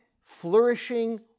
flourishing